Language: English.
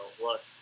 Look